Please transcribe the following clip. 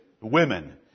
women